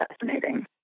fascinating